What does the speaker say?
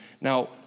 now